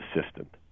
assistant